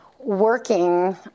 working